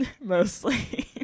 mostly